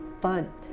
fun